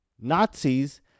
Nazis